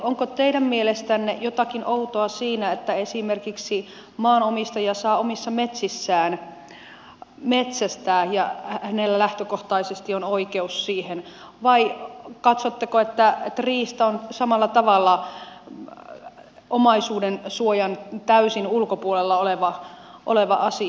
onko teidän mielestänne jotakin outoa siinä että esimerkiksi maanomistaja saa omissa metsissään metsästää ja hänellä lähtökohtaisesti on oikeus siihen vai katsotteko että riista on samalla tavalla omaisuudensuojan täysin ulkopuolella oleva asia